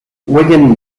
wigan